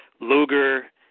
Luger